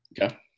Okay